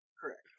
Correct